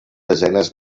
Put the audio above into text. desenes